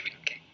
okay